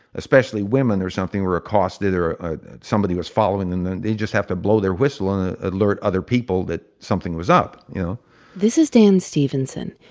especially women or something, were accosted or somebody was following them. they'd just have to blow their whistle and alert other people that something was up you know this is dan stevenson.